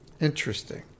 Interesting